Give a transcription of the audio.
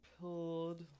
pulled